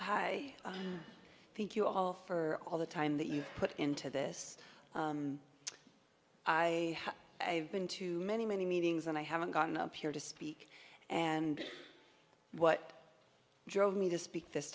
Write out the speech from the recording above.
francis thank you all for all the time that you put into this i have been to many many meetings and i haven't gotten up here to speak and what drove me to speak this